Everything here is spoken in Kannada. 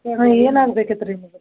ಹಾಂ ಏನಾಗ್ಬೇಕಿತ್ತು ರೀ ನಿಮಗೆ